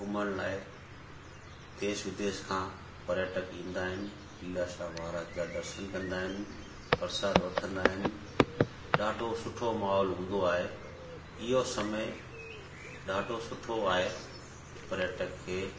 घुमण लाइ देश विदेश खां पर्यटक ईंदा आहिनि तीलाशाह महाराज जा दर्शन कंदा आहिनि परशाद वठंदा आहिनि ॾाढो सुठो माहौल हूंदो आहे इहो समय ॾाढो सुठो आहे पर्यटक खे